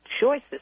choices